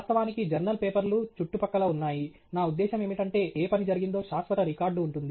వాస్తవానికి జర్నల్ పేపర్లు చుట్టుపక్కల ఉన్నాయి నా ఉద్దేశ్యం ఏమిటంటే ఏ పని జరిగిందో శాశ్వత రికార్డు ఉంటుంది